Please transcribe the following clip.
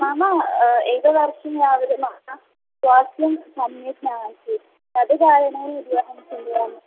मम एकवर्षं यावत् मनः स्वास्थ्यं सम्यक् नास्ति तद् कारणेन इति अहं चिन्तयामि